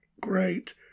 great